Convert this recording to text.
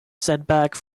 setback